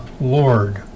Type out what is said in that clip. Lord